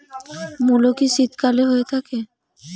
মূলো কি শীতকালে হয়ে থাকে?